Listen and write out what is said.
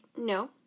no